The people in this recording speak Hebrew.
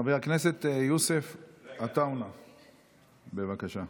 חבר הכנסת יוסף עטאונה, בבקשה.